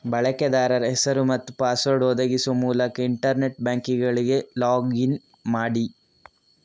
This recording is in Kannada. ಬಳಕೆದಾರ ಹೆಸರು ಮತ್ತು ಪಾಸ್ವರ್ಡ್ ಒದಗಿಸುವ ಮೂಲಕ ಇಂಟರ್ನೆಟ್ ಬ್ಯಾಂಕಿಂಗಿಗೆ ಲಾಗ್ ಇನ್ ಮಾಡಿ